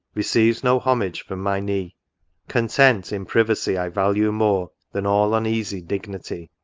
receives no homage from my knee content in privacy i value more than all uneasy dignity.